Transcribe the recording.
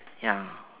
ya